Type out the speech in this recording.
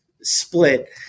split